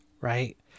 Right